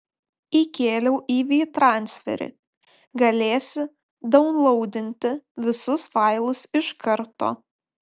įkėliau į vytransferį galėsi daunlaudinti visus failus iš karto